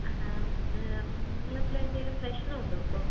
നിങ്ങൾ തമ്മിൽ എന്തേലും പ്രശ്നം ഉണ്ടോ അപ്പം